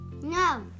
No